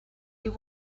you